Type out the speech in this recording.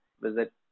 visit